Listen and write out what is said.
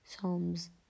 Psalms